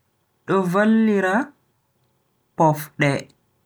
Do vallira pofde.